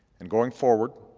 and going forward,